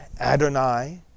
Adonai